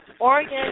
Oregon